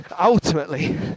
ultimately